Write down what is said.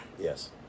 Yes